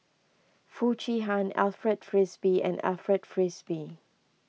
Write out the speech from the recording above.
Foo Chee Han Alfred Frisby and Alfred Frisby